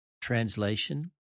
Translation